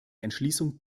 entschließung